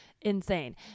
insane